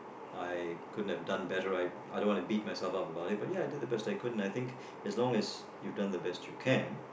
I couldn't have done better I I don't wanna beat myself up about it but ya I think I did the best I could I think as long as you've done the best you can